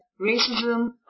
racism